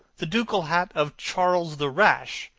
the ducal hat of charles the rash,